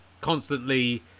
constantly